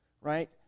right